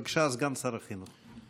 בבקשה, סגן שר החינוך.